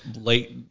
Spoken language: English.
late